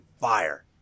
fire